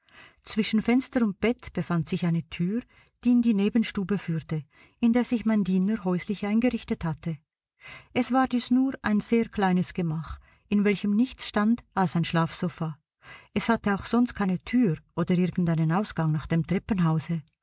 zwischen fenster und bett befand sich eine tür die in die nebenstube führte in der sich mein diener häuslich eingerichtet hatte es war dies nur ein sehr kleines gemach in welchem nichts stand als ein schlafsofa es hatte auch sonst keine tür oder irgend einen ausgang nach dem treppenhause